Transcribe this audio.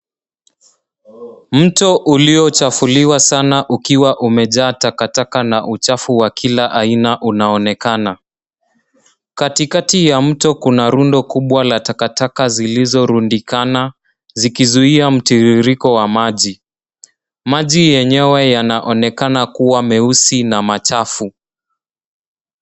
Mto ulio chafuliwa sana ukiwa umejaa takataka na uchafu wa kila aina unaonekana. Katikati ya mto kuna rundo kubwa la takataka zilizo rundikana zikizuia mtiririko wa maji. Maji yenyewe yanaonekana kuwa meusi na machafu.